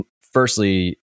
firstly